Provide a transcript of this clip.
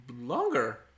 Longer